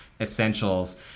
essentials